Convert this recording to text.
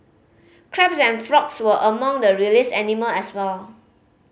crabs and frogs were among the released animal as well